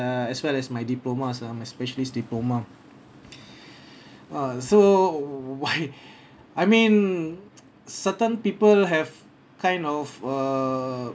uh as well as my diploma ah my specialist diploma ah so why I mean certain people have kind of a